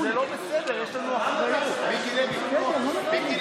אני מבקש להקריא הודעה כפי שנוסחה על